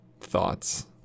thoughts